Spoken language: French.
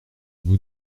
vous